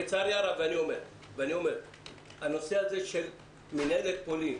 לצערי הרב הנושא של מינהלת פולין,